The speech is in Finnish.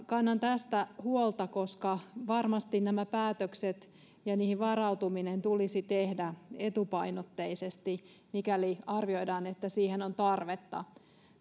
kannan tästä huolta koska varmasti nämä päätökset ja niihin varautuminen tulisi tehdä etupainotteisesti mikäli arvioidaan että siihen on tarvetta